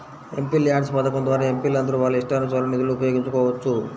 MPLADS పథకం ద్వారా ఎంపీలందరూ వాళ్ళ ఇష్టానుసారం నిధులను ఉపయోగించుకోవచ్చు